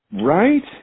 Right